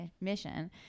mission